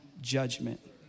judgment